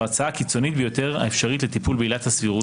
זו ההצעה הקיצונית ביותר האפשרית לטיפול בעילת הסבירות.